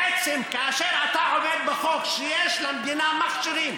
בעצם, כאשר אתה אומר בחוק שיש למדינה מכשירים